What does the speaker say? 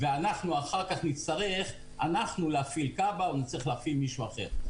ואנחנו אחר-כך נצטרך אנחנו להפעיל כב"ה אם צריך להפעיל מישהו אחר.